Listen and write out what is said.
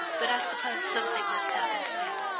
but i suppose something must happen soon.